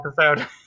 episode